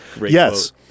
Yes